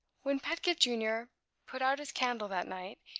when pedgift junior put out his candle that night,